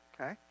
Okay